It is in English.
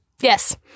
yes